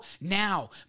now